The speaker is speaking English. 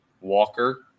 Walker